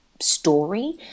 story